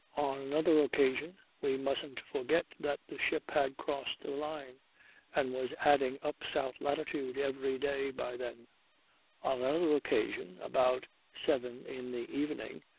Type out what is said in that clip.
on another occasion. we mustn't forget that the ship had crossed the line and was adding up south latitude every day by then. on another occasion, about seven in the evening,